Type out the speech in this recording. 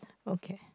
okay